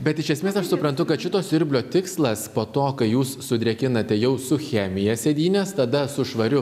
bet iš esmės aš suprantu kad šito siurblio tikslas po to kai jūs sudrėkinate jau su chemija sėdynes tada su švariu